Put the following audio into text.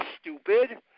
stupid